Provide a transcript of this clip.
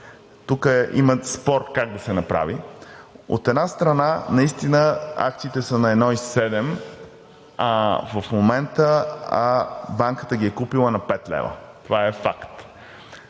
Тук има спор как да се направи. От една страна, наистина акциите са на 1,7 в момента, а банката ги е купила на 5 лв. Това е факт.